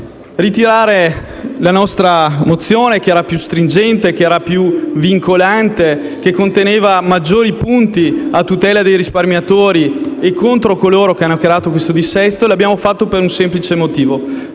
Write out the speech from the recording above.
ritirare la nostra mozione, che era più stringente e vincolante e conteneva maggiori punti a tutela dei risparmiatori e contro coloro che hanno creato questo dissesto e lo abbiamo fatto per un semplice motivo: